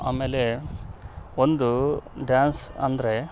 ಆಮೇಲೆ ಒಂದು ಡ್ಯಾನ್ಸ್ ಅಂದರೆ